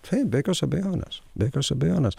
taip be jokios abejonės be jokios abejonės